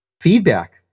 feedback